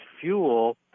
fuel